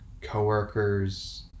coworkers